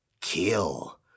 Kill